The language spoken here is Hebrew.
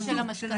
של שוק המשכנתאות.